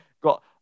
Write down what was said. got